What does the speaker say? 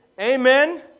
Amen